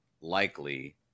likely